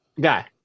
Guy